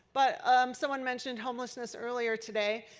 but someone mentioned homelessness earlier today.